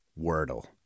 Wordle